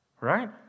Right